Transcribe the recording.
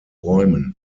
räumen